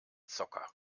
zocker